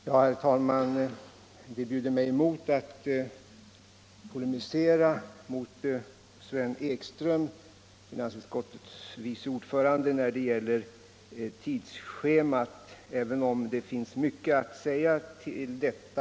Herr talman! Det bjuder mig emot att polemisera mot finansutskottets vice ordförande Sven Ekström när det gäller frågan om utskottets tidsschema. Det finns emellertid mycket att säga om detta.